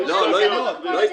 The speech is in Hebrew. --- לאורך כל הדרך.